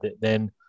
then-